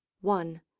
One